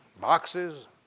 boxes